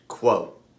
Quote